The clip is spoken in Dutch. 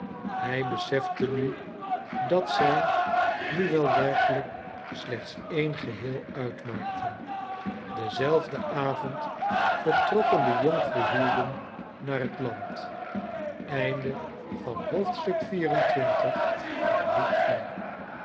hij besefte nu dat zij nu wel werkelijk slechts één geheel uitmaakten denzelfden avond vertrokken de jonggehuwden naar het land